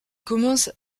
commence